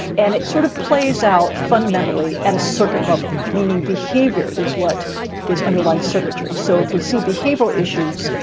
and it sort of plays out fundamentally at a circuit level, meaning behavior is what is underlying circuitry. so if we see behavioral issues,